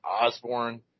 Osborne